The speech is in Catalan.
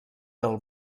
del